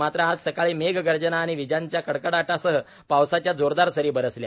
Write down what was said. मात्र आज सकाळी मेघगर्जना आणि विजांच्या कडकडाटासह पावसाच्या जोरदार सरी बरसल्या